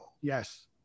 Yes